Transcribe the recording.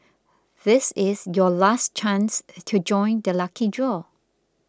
this is your last chance to join the lucky draw